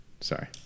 Sorry